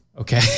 Okay